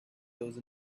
those